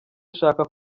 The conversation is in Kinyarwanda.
ashaka